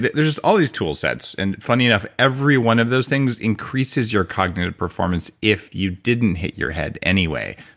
there's just all these tool sets and funny enough, every one of those things increases your cognitive performance if you didn't hit your head anyway.